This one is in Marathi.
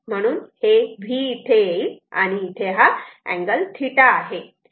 म्हणून हे V इथे येईल आणि इथे हा अँगल θ आहे